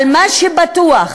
אבל מה שבטוח,